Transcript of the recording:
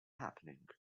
happening